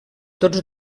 tots